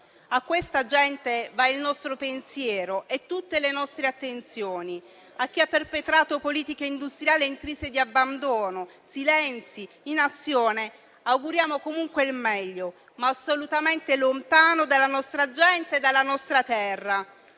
A questa gente vanno il nostro pensiero e tutte le nostre attenzioni. A chi ha perpetrato politiche industriali intrise di abbandono, silenzi e inazione, auguriamo comunque il meglio, ma assolutamente lontano dalla nostra gente e dalla nostra terra.